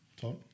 Tom